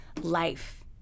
life